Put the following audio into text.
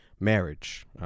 Marriage